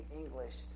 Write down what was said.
English